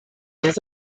has